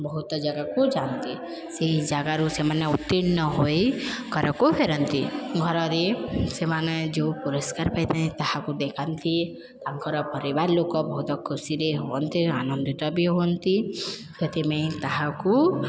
ବହୁତ ଜାଗାକୁ ଯାଆନ୍ତି ସେହି ଜାଗାରୁ ସେମାନେ ଉତ୍ତୀର୍ଣ୍ଣ ହୋଇ ଘରକୁ ଫେରନ୍ତି ଘରରେ ସେମାନେ ଯେଉଁ ପୁରରିସ୍କାର ପାଇଥାନ୍ତି ତାହାକୁ ଦେଖାନ୍ତି ତାଙ୍କର ପରିବାର ଲୋକ ବହୁତ ଖୁସିରେ ରୁହନ୍ତି ଆନନ୍ଦିତ ବି ହୁଅନ୍ତି ସେଥିପାଇଁ ତାହାକୁ